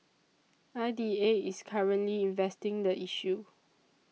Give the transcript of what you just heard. I D A is currently investing the issue